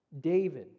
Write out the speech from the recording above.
David